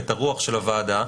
את הרוח של הוועדה,